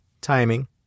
Timing